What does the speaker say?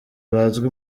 bazwi